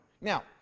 Now